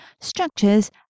structures